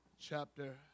chapter